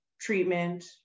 treatment